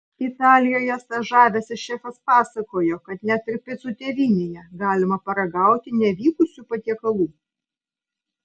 italijoje stažavęsis šefas pasakojo kad net ir picų tėvynėje galima paragauti nevykusių patiekalų